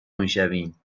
میشویم